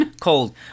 cold